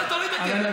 אבל תכבד אותנו.